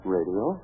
Radio